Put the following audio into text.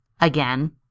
Again